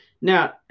Now